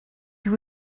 you